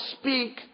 speak